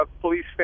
police